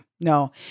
no